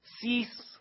cease